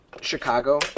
Chicago